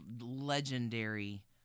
legendary